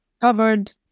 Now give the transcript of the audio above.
covered